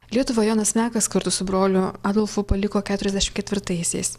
lietuvą jonas mekas kartu su broliu adolfu paliko keturiasdešim ketvirtaisiais